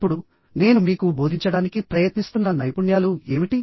ఇప్పుడు నేను మీకు బోధించడానికి ప్రయత్నిస్తున్న నైపుణ్యాలు ఏమిటి